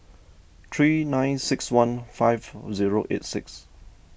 three nine six one five zero eight six